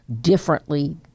differently